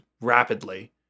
rapidly